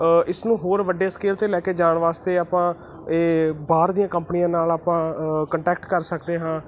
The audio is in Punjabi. ਇਸ ਨੂੰ ਹੋਰ ਵੱਡੇ ਸਕੇਲ 'ਤੇ ਲੈ ਕੇ ਜਾਣ ਵਾਸਤੇ ਆਪਾਂ ਇਹ ਬਾਹਰ ਦੀਆਂ ਕੰਪਨੀਆਂ ਨਾਲ ਆਪਾਂ ਕੰਟੈਕਟ ਕਰ ਸਕਦੇ ਹਾਂ